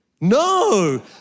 No